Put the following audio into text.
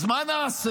אז מה נעשה?